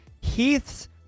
heath's